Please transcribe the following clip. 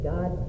God